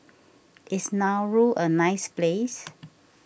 Is Nauru a nice place